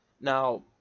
Now